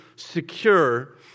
secure